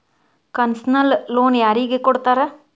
Concessional loan ಯಾರಿಗ್ ಕೊಡ್ತಾರ?